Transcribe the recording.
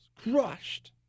Crushed